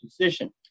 position